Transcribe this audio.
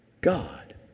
God